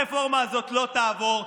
הרפורמה הזאת לא תעבור.